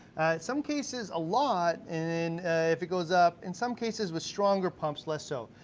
some cases a lot, and then if it goes up, in some cases with stronger pumps, less so.